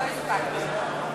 לא הספקתי.